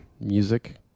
music